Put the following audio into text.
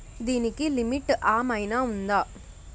దీనికి లిమిట్ ఆమైనా ఉందా?